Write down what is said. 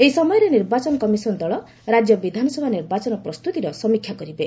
ଏହି ସମୟରେ ନିର୍ବାଚନ କମିଶନ ଦଳ ରାଜ୍ୟ ବିଧାନସଭା ନିର୍ବାଚନ ପ୍ରସ୍ତୁତିର ସମୀକ୍ଷା କରିବେ